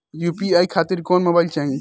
UPI खातिर कौन mobile चाहीं?